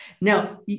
Now